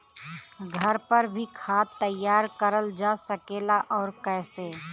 घर पर भी खाद तैयार करल जा सकेला और कैसे?